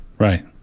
Right